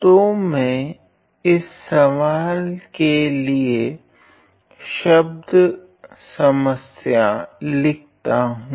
तो मैं इस सवाल के लिए शब्द समस्या लिखता हूँ